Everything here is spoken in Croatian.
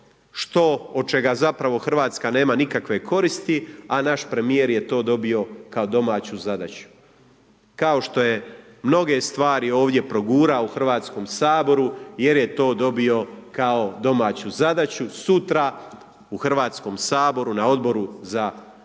što, od čega zapravo RH nema nikakve koristi, a naš premijer je to dobio kao domaću zadaću, kao što je mnoge stvari ovdje progurao u HS-u jer je to dobio kao domaću zadaću. Sutra u HS-u na Odboru za vanjske